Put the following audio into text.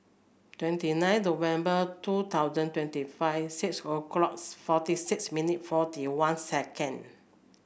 twenty nine November two thousand twenty five six o'clock forty six minutes forty one seconds